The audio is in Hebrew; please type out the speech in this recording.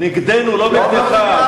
נגדנו, לא נגדך.